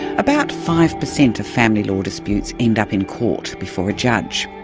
about five per cent of family law disputes end up in court before a judge,